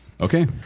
Okay